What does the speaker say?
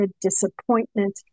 disappointment